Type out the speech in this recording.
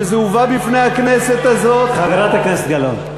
וזה הובא בפני הכנסת הזאת, חברת הכנסת גלאון.